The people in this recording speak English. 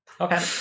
Okay